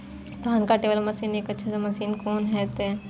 धान कटे वाला एक अच्छा मशीन कोन है ते?